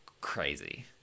crazy